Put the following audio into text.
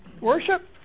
worship